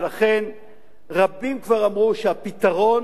ולכן רבים כבר אמרו שהפתרון